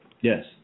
Yes